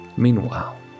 Meanwhile